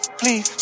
please